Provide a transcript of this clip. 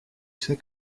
sais